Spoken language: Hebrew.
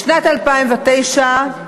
בשנת 2009,